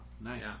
nice